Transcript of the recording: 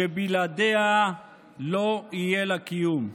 שבלעדיה לא יהיה לה קיום.